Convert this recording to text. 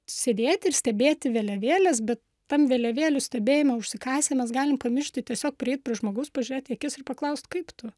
sėdėti ir stebėti vėliavėlės bet tam vėliavėlių stebėjime užsikasę mes galim pamiršti tiesiog prieit prie žmogaus pažiūrėt į akis paklaust kaip tu